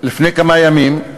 לפני כמה ימים,